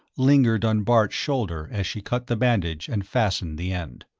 lingered on bart's shoulder as she cut the bandage and fastened the end.